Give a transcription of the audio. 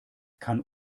kann